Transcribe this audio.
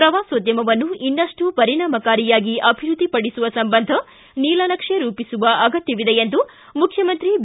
ಪ್ರವಾಸೋದ್ದಮವನ್ನು ಇನ್ನಷ್ಟು ಪರಿಣಾಮಕಾರಿಯಾಗಿ ಅಭಿವೃದ್ಧಿಪಡಿಸುವ ಸಂಬಂಧ ನೀಲನಕ್ಷೆ ರೂಪಿಸುವ ಅಗತ್ತವಿದೆ ಎಂದು ಮುಖ್ಯಮಂತ್ರಿ ಬಿ